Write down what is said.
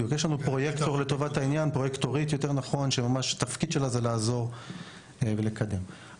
יש לנו פרויקטורית לטובת העניין שהתפקיד שלה הוא לעזור ולקדם את זה.